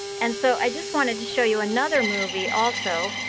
and so i just wanted to show you another movie also.